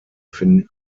finden